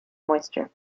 moisture